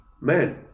man